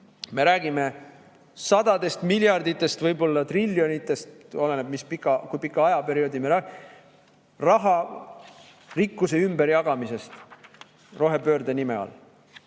me räägime sadadest miljarditest, võib-olla triljonitest – oleneb, kui pika ajaperioodi me võtame –, raha, rikkuse ümberjagamisest rohepöörde nime all.